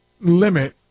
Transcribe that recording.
limit